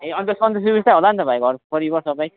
ए अन्त सन्चो सुबिस्तै होला नि त घरको परिवार सबै